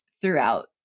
throughout